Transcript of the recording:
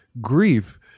grief